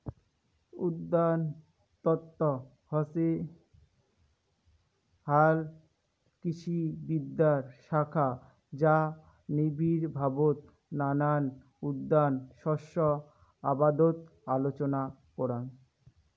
উদ্যানতত্ত্ব হসে হালকৃষিবিদ্যার শাখা যা নিবিড়ভাবত নানান উদ্যান শস্য আবাদত আলোচনা করাং